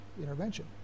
intervention